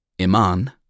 Iman